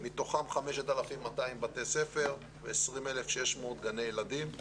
מתוכך 5.200 בתי ספר ו-20,600 גני ילדים.